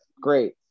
Great